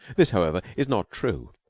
this, however, is not true.